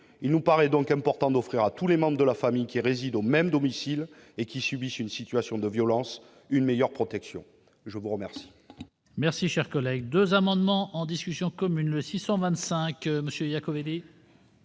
Il nous paraît donc important d'offrir à tous les membres de la famille qui résident au même domicile et qui subissent une situation de violence une meilleure protection. Je suis saisi